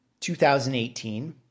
2018